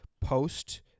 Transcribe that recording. post